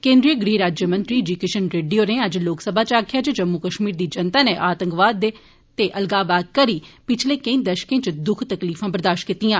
केन्द्रीय गृहराज्यमंत्री जी किश्न रेड्डी होरें अज्ज लोकसभा च आक्खेया जे जम्मू कश्मीर दी जनता नै आतंकवाद दे अलगाववाद करि पिच्छले केंई दशकें च द्ख तकलीफां बर्दाश कीतियां